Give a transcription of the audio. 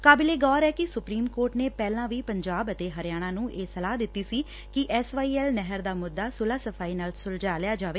ਕਾਬਿਲੇ ਗੌਰ ਐ ਕਿ ਸੁਪਰੀਮ ਕੋਰਟ ਨੇ ਪਹਿਲਾਂ ਵੀ ਪੰਜਾਬ ਅਤੇ ਹਰਿਆਣਾ ਨੂੰ ਇਹ ਸਲਾਹ ਦਿੱਤੀ ਸੀ ਕਿ ਐਸ ਵਾਈ ਐਲ ਨਹਿਰ ਦਾ ਮੁੱਦਾ ਸੁਲਹ ਸਫ਼ਾਈ ਨਾਲ ਸੁਲਝਾ ਲਿਆ ਜਾਵੇ